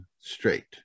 straight